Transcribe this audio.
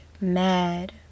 mad